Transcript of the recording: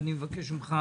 ואני מבקש ממך,